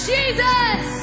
Jesus